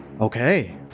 Okay